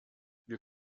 wir